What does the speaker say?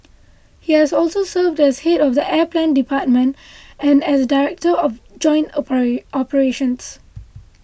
he has also served as head of the air plan department and as director of joint opera operations